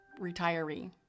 retiree